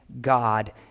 God